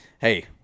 hey